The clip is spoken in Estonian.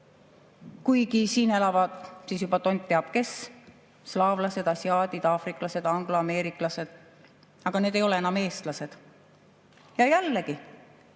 kuigi siin elavad siis juba tont teab kes: slaavlased, asiaadid, aafriklased, angloameeriklased, aga need ei ole enam eestlased. Jällegi,